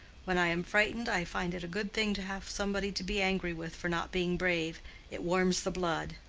when i am frightened i find it a good thing to have somebody to be angry with for not being brave it warms the blood.